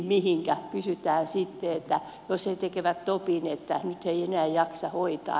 mihinkä kysytään sitten jos he tekevät stopin ja eivät enää jaksa hoitaa